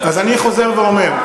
האח הגדול.